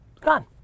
Gone